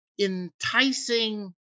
enticing